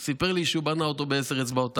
הוא סיפר לי שהוא בנה אותו בעשר אצבעותיו.